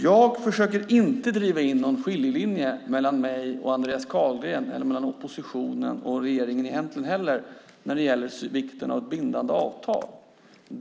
Jag försöker inte driva in någon skiljelinje mellan mig och Andreas Carlgren, och egentligen inte heller mellan oppositionen och regeringen, när det gäller vikten av ett bindande avtal.